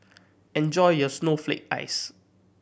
enjoy your snowflake ice